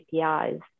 APIs